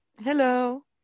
Hello